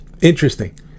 Interesting